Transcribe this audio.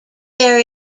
there